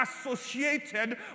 associated